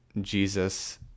Jesus